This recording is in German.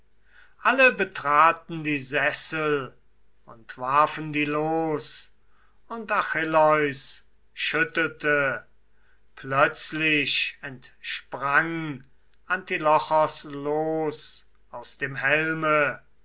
alle betraten die sessel und warfen die los und achilleus schüttelte plötzlich entsprang antilochos los aus dem helme